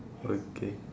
okay